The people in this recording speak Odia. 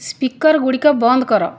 ସ୍ପିକର୍ ଗୁଡ଼ିକ ବନ୍ଦ କର